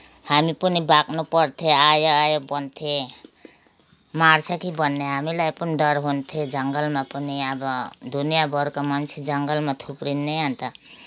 हामी पनि भाग्नु पर्थ्यो आयो आयो भन्थे मार्छ कि भन्ने हामीलाई पनि डर हुन्थ्यो जङ्गलमा पनि अब दुनियाँभरका मान्छे जङ्गलमा थुप्रिने अन्त